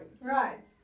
Right